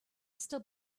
still